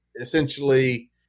essentially –